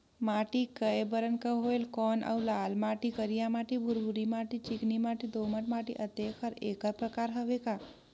माटी कये बरन के होयल कौन अउ लाल माटी, करिया माटी, भुरभुरी माटी, चिकनी माटी, दोमट माटी, अतेक हर एकर प्रकार हवे का?